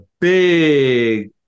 big